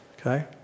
Okay